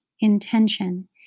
intention